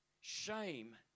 shame